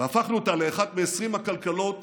והפכנו אותה לאחת מ-20 הכלכלות